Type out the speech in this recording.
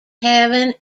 having